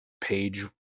page